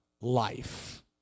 life